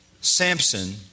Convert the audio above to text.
Samson